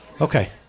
Okay